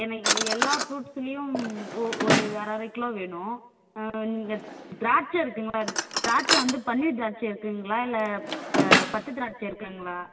எனக்கு இது எல்லா ஃப்ரூட்ஸ்லியும் ஒ ஒரு அரை அரை கிலோ வேணும் நீங்கள் திராட்சை இருக்குதுங்களா திராட்சை வந்து பன்னீர் திராட்சை இருக்குதுங்களா இல்லை ப பச்சை திராட்சை இருக்குதுங்களா